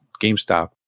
GameStop